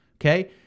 okay